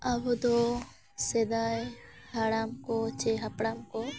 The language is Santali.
ᱟᱵᱚ ᱫᱚ ᱥᱮᱫᱟᱭ ᱦᱟᱲᱟᱢ ᱠᱚ ᱪᱮ ᱦᱟᱯᱲᱟᱢ ᱠᱚ